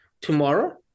tomorrow